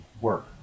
work